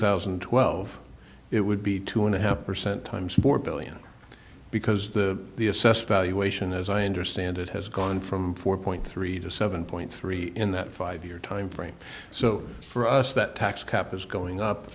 thousand and twelve it would be two and a half percent times four billion because the the assessed valuation as i understand it has gone from four point three to seven point three in that five year time frame so for us that tax cap is going up